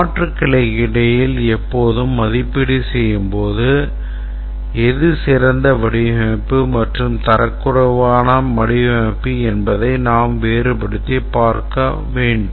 மாற்றுகளுக்கு இடையில் எப்போதும் மதிப்பீடு செய்யும்போது எது சிறந்த வடிவமைப்பு மற்றும் தரக்குறைவான வடிவமைப்பு என்பதை நாம் வேறுபடுத்திப் பார்க்க வேண்டும்